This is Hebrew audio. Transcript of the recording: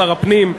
שר הפנים,